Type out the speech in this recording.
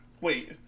Wait